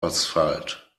asphalt